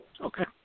Okay